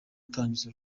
atangiza